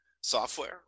software